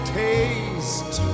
taste